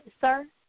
Sir